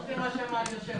חוץ ממה שאמר היושב-ראש.